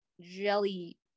jelly